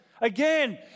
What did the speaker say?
Again